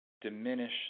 diminish